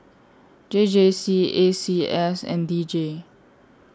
J J C A C S and D J